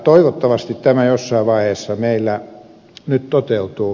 toivottavasti tämä jossain vaiheessa meillä toteutuu